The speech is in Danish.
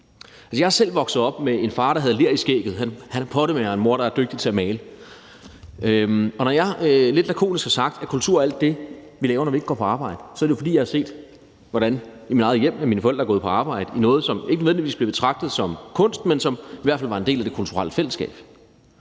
Jeg er selv vokset op med en far, der havde ler i skægget – han er pottemager – og en mor, der er dygtig til at male, og når jeg lidt lakonisk har sagt, at kultur er alt det, vi laver, når vi ikke går på arbejde, er det jo, fordi jeg har set, hvordan, i mit eget hjem, mine forældre er gået på arbejde inden for noget, som ikke nødvendigvis blev betragtet som kunst, men som i hvert fald var en del af det kulturelle fællesskab.